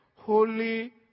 holy